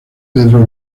pedro